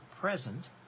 present